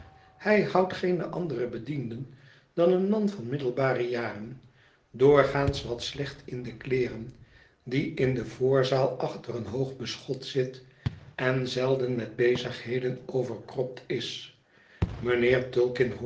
hij houdt geene andere bedienden dan een man van middelbare jaren doorgaans wat slecht in de kleeren die in de voorzaal achter een hoog beschot zit en zelden met bezigheden overkropt is mijnheer